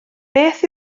beth